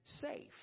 safe